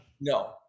No